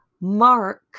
Mark